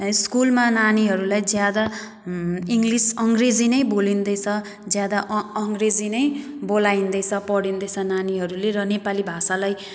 स्कुलमा नानीहरूलाई ज्यादा इङ्लिस अङ्ग्रेजी नै बोलिँदैछ ज्यादा अ अङ्ग्रेजी नै बोलाइँदैछ पढिँदैछ नानीहरूले र नेपाली भाषालाई